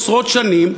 עשרות שנים,